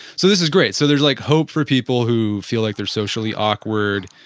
so this is great, so there is like hope for people who feel like they're socially awkward,